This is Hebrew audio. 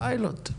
פיילוט.